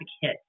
hit